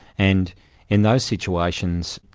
and in those situations,